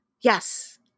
Yes